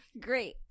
Great